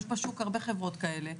יש בשוק הרבה חברות כאלה.